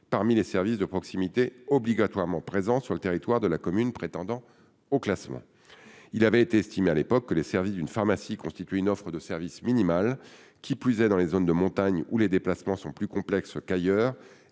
parmi les services de proximité obligatoirement présents sur le territoire de la commune prétendant au classement. En effet, il a été estimé que les services d'une pharmacie constituaient une offre de service minimale, qui plus est dans les zones de montagne où les déplacements sont plus complexes qu'ailleurs